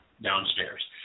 downstairs